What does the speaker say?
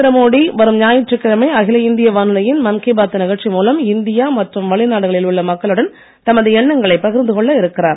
நரேந்திர மோடி வரும் ஞாயிற்றுக் கிழமை அகில இந்திய வானொலியின் மன் கி பாத் நிகழ்ச்சி மூலம் இந்தியா மற்றும் வெளிநாடுகளில் உள்ள மக்களுடன் தமது எண்ணங்களைப் பகிர்ந்து கொள்ள இருக்கிறார்